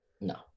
No